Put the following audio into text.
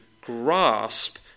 grasp